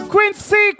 Quincy